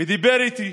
ודיבר איתי.